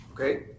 okay